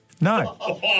No